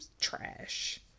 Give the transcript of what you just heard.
Trash